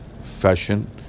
fashion